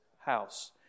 house